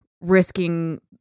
risking